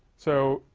so,